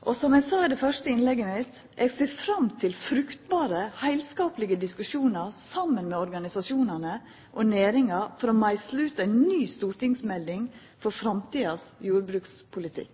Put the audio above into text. og, som eg sa i det første innlegget mitt, eg ser fram til fruktbare, heilskaplege diskusjonar saman med organisasjonane og næringa for å meisla ut ei ny stortingsmelding for framtidas jordbrukspolitikk.